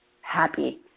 happy